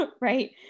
right